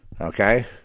Okay